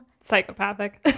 psychopathic